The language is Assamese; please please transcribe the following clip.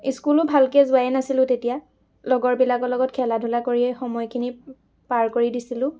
স্কুলো ভালকৈ যোৱাই নাছিলোঁ তেতিয়া লগৰবিলাকৰ লগত খেলা ধূলা কৰিয়েই সময়খিনি পাৰ কৰি দিছিলোঁ